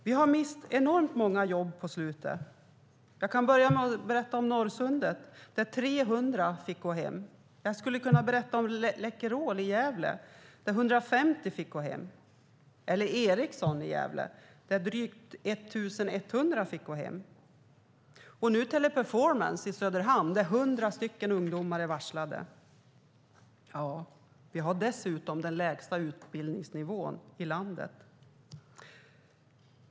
Vi har mist enormt många jobb den senaste tiden. Jag kan börja med att berätta om Norrsundet, där 300 fick gå hem. Jag skulle kunna berätta om Läkerol i Gävle, där 150 fick gå hem, eller Ericsson i Gävle, där drygt 1 100 fick gå hem, och nu Teleperformance i Söderhamn, där 100 ungdomar är varslade. Vi har dessutom den lägsta utbildningsnivån i landet.